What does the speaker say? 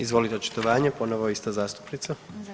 Izvolite očitovanje, ponovo ista zastupnica.